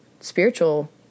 spiritual